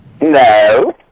No